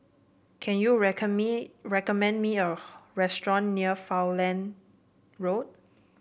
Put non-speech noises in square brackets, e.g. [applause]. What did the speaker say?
can you record me recommend me a [noise] restaurant near Falkland Road